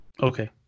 Okay